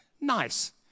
nice